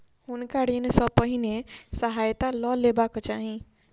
हुनका ऋण सॅ पहिने सहायता लअ लेबाक चाही